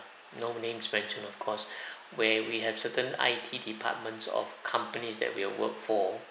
no names mentioned of course where we have certain I_T departments of companies that we'll work for